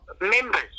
members